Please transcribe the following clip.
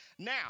Now